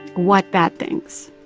what bad things?